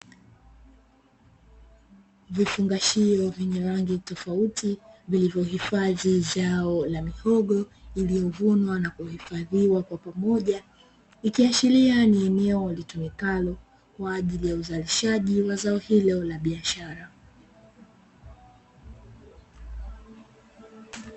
Vifungashio vyenye rangi tofauti, vilivyohifadhi zao la mihogo lililovunwa na kuhifadhiwa kwa pamoja, ikiashiria ni eneo litumikalo kwa ajili ya uzalishaji wa zao hilo la biashara.